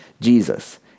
Jesus